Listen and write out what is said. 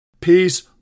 peace